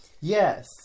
Yes